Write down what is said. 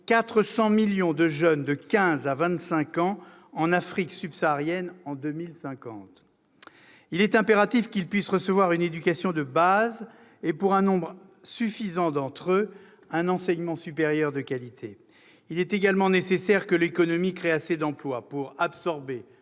400 millions de jeunes de 15 à 24 ans en 2050. Il est impératif que ces jeunes puissent recevoir une éducation de base et, pour un nombre suffisant d'entre eux, un enseignement supérieur de qualité. Il est également nécessaire que l'économie crée assez d'emplois pour absorber